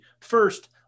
first